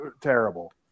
terrible